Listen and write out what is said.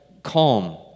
calm